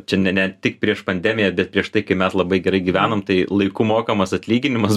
čia ne ne tik prieš pandemiją bet prieš tai kai mes labai gerai gyvenom tai laiku mokamas atlyginimas